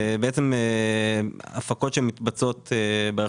הפקות שמתבצעות במתנ"סים הקהילתיים